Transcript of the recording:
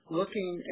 looking